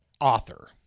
author